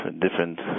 different